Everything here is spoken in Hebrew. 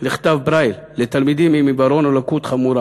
הן לכתב ברייל לתלמידים עם עיוורון או לקות חמורה